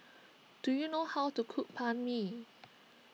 do you know how to cook Banh Mi